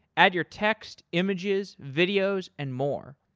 add your text, images, videos and more.